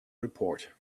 report